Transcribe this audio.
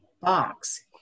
box